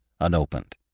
unopened